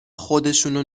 خودشونو